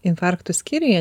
infarktų skyriuje